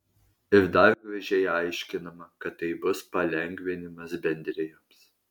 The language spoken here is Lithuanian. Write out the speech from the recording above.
ir dar gražiai aiškinama kad tai bus palengvinimas bendrijoms